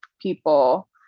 people